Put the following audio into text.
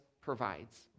provides